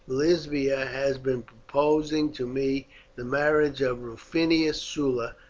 lesbia has been proposing to me the marriage of rufinus sulla,